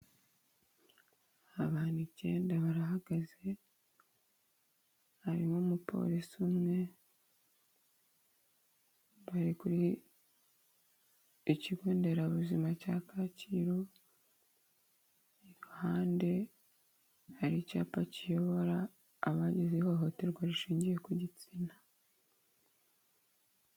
Abantu icyenda barahagaze, harimo umupolisi umwe. Bari kuri ikigo nderabuzima cya Kacyiru, iruhande hari icyapa kiyobora abagize ihohoterwa rishingiye ku gitsina.